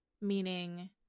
meaning